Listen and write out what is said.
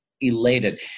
elated